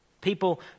People